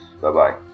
Bye-bye